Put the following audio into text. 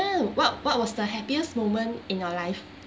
then what what was the happiest moment in your life